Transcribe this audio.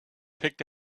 picked